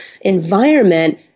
environment